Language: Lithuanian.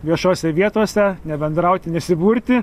viešose vietose nebendrauti nesiburti